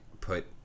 put